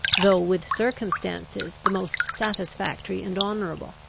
though with circumstances the most satisfactory and honourable.